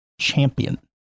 champion